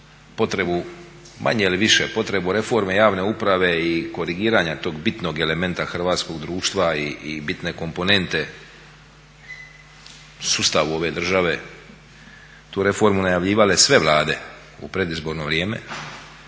potrebu manje ili više potrebu reforme javne uprave i korigiranja tog bitnog elementa hrvatskog društva i bitne komponente sustavu ove države tu reformu najavljivale sve vlade u predizborno vrijeme.